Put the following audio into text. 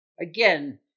Again